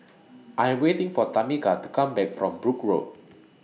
I Am waiting For Tameka to Come Back from Brooke Road